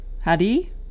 Hadi